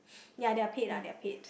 ya they are paid lah they are paid